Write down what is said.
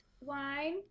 wine